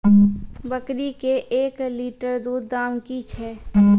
बकरी के एक लिटर दूध दाम कि छ?